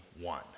one